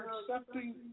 accepting